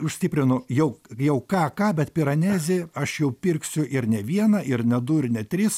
užstiprinu jau jau ką ką bet piranezį aš jau pirksiu ir ne vieną ir ne du ir ne tris